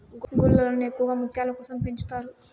గుల్లలను ఎక్కువగా ముత్యాల కోసం పెంచుతారు